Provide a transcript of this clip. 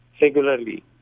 regularly